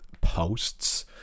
posts